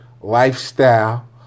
lifestyle